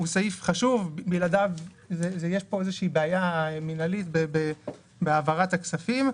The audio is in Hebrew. הוא סעיף חשוב שבלעדיו יש בעיה מינהלית בהעברת הכספים.